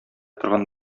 торган